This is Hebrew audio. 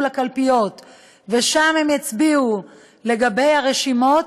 לקלפיות ושם הם יצביעו לגבי הרשימות,